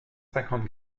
cinquante